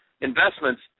investments